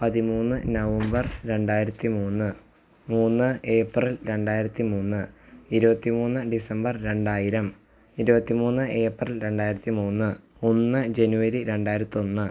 പതിമൂന്ന് നവംബർ രണ്ടായിരത്തി മൂന്ന് മൂന്ന് ഏപ്രിൽ രണ്ടായിരത്തി മൂന്ന് ഇരുപത്തി മൂന്ന് ഡിസംബർ രണ്ടായിരം ഇരുപത്തി മൂന്ന് ഏപ്രിൽ രണ്ടായിരത്തി മൂന്ന് ഒന്ന് ജനുവരി രണ്ടായിരത്തി ഒന്ന്